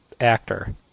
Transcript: Actor